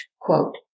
quote